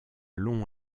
long